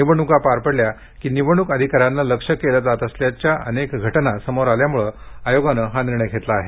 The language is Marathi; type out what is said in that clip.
निवडणुका पार पडल्या की निवडणूक अधिकाऱ्यांना लक्ष्य केलं जात असल्याच्या अनेक घ जा समोर आल्यामुळे आयोगानं हा निर्णय घेतला आहे